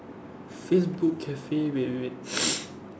facebook cafe wait wait wait